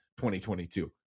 2022